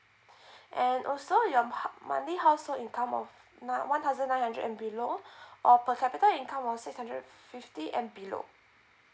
and also your monthly household income of one thousand nine hundred and below or per capita income of six hundred fifty and below